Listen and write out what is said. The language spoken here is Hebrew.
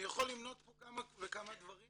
אני יכול למנות פה כמה וכמה דברים